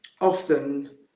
often